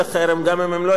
בגרסה המובאת לקריאה הראשונה.